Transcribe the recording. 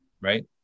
right